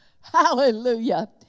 Hallelujah